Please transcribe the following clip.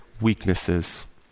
weaknesses